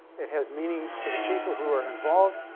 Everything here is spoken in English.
it has meaning to the people who are involved.